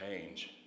change